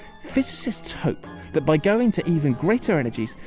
physicists hope that by going to even greater energies,